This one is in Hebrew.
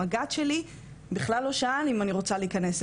המג"ד שלי בכלל לא שאל אם אני רוצה להיכנס,